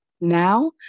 Now